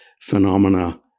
phenomena